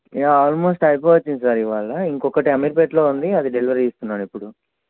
yeah almost అయిపోవచ్చింది sir ఇవాళ ఇంకొకటి అమీర్పేట్లో ఉంది అది డెలివరీ ఇస్తున్నారు ఇప్పుడు